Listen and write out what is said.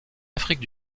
afrique